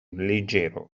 leggero